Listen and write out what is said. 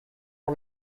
all